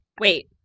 Wait